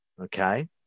Okay